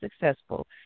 successful